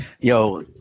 yo